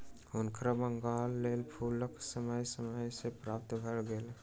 हुनकर बागक लेल फूलक बीया समय सॅ प्राप्त भ गेल